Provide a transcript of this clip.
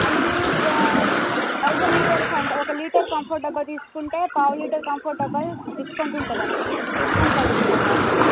అది మీరు thousand litres అంటే ఒక లీటర్ కంఫర్ట్ డబ్బా తీసుకుంటే పావు లీటర్ కంఫర్ట్ డబ్బా డిస్కౌంట్ ఉంటుందండి మీరు డిస్కౌంట్లో అడుగుతున్నారు కాబట్టి